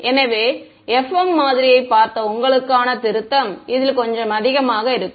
எனவே FEM மாதிரியைப் பார்த்த உங்களுக்கான திருத்தம் இதில் கொஞ்சம் அதிகமாக இருக்கும்